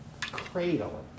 cradle